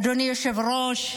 אדוני היושב-ראש,